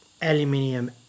aluminium